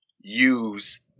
use